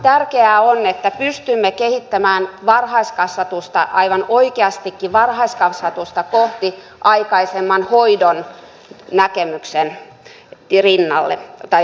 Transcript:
tärkeää on että pystymme kehittämään varhaiskasvatusta aivan oikeastikin varhaiskasvatusta kohti aikaisemman hoidon näkemyksen jälkeen